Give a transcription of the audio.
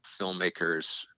filmmakers